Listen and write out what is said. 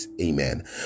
amen